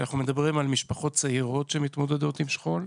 שאנחנו מדברים על משפחות צעירות שמתמודדות עם השכול.